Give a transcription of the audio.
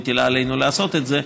מטילה עלינו לעשות את זה,